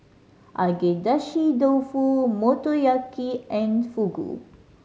Agedashi Dofu Motoyaki and Fugu